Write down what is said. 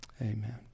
Amen